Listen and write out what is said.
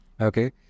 okay